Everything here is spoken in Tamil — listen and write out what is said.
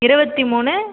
இருபத்தி மூணு